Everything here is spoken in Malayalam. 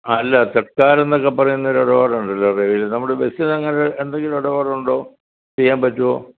അല്ല തത്ക്കാൽ എന്നൊക്കെ പറയുന്ന ഒരു ഇടപാടുണ്ടല്ലോ റെയിൽ നമ്മുടെ ബസ്സിൽ അങ്ങനെ എന്തെങ്കിലും ഇടപാടുണ്ടോ ചെയ്യാൻ പറ്റുമോ